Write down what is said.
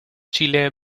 chile